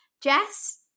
Jess